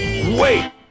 Wait